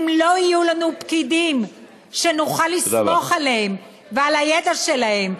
אם לא יהיו לנו פקידים שנוכל לסמוך עליהם ועל הידע שלהם,